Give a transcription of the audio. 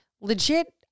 legit